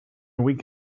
week